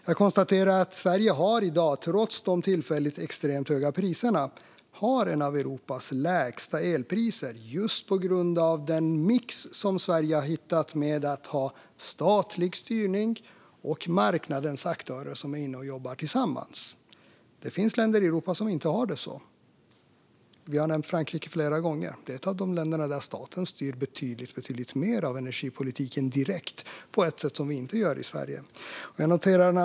Jag konstaterar att Sverige i dag, trots de tillfälligt extremt höga elpriserna, har ett av Europas lägsta elpriser just på grund av den mix som Sverige hittat av statlig styrning och marknadens aktörer som jobbar tillsammans. Det finns länder i Europa som inte har det så. Vi har nämnt Frankrike flera gånger. Det är ett av de länder där staten styr betydligt mer av energipolitiken direkt på ett sätt som vi inte gör i Sverige.